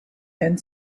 and